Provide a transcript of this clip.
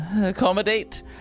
accommodate